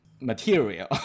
material